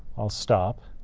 i'll stop,